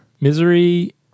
Misery